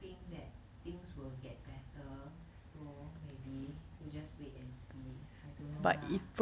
thing that things will get better so maybe so just wait and see I don't know lah